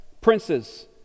princes